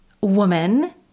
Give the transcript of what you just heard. woman